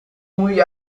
muy